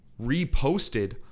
reposted